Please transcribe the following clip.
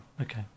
okay